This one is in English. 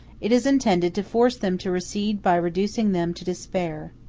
it is intended to force them to recede by reducing them to despair.